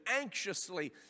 anxiously